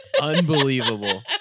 Unbelievable